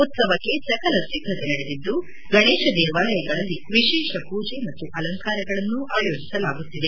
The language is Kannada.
ಉತ್ತವಕ್ಕೆ ಸಕಲ ಸಿದ್ದತೆ ನಡೆದಿದ್ದು ಗಣೇಶ ದೇವಾಲಯಗಳಲ್ಲಿ ವಿಶೇಷ ಪೂಜೆ ಮತ್ತು ಅಲಂಕಾರಗಳನ್ನು ಆಯೋಜಸಲಾಗುತ್ತಿದೆ